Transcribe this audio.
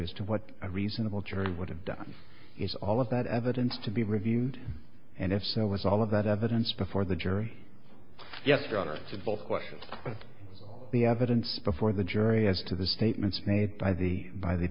as to what a reasonable jury would have done is all of that evidence to be reviewed and if so was all of that evidence before the jury yes your honor simple question the evidence before the jury as to the statements made by the by the